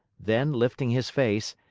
then lifting his face,